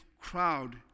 crowd